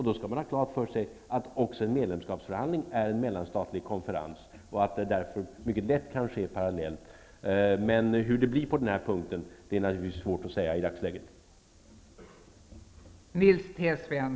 Då skall man ha klart för sig att en medlemskapsförhandling också är mellanstatlig och att man därför mycket lätt kan ha parallella konferenser. Men i dagsläget är det naturligtvis svårt att säga hur det blir på den här punkten.